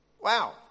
Wow